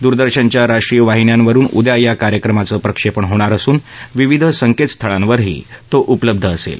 दूरदर्शनच्या राष्ट्रीय वाहिन्यांवरुन उद्या या कार्यक्रमाचं प्रक्षेपण होणार असून विविध संकेत स्थळांवरही तो उपलब्ध असेल